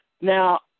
Now